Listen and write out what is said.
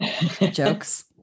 jokes